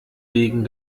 wegen